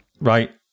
right